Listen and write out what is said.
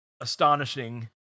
astonishing